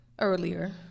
earlier